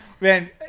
Man